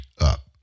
up